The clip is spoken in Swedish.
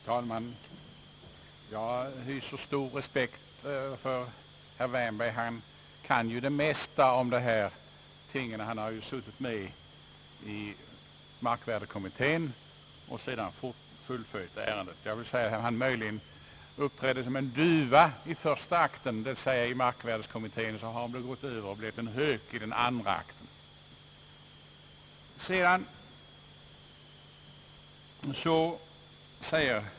Herr talman! Jag hyser stor respekt för herr Wärnberg. Han kan ju det mesta om dessa ting. Han har suttit med i markvärdekommittén och sedan fullföljt ärendet. Möjligen uppträdde han som en duva i första akten, dvs. i markvärdekommittén, men sedan har han gått över till att bli en hök i andra akten.